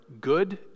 good